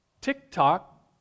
TikTok